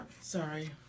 Sorry